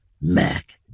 Mac